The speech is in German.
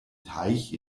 teich